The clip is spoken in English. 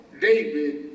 David